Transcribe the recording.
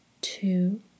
Two